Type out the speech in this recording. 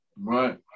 Right